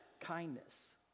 kindness